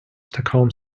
stockholm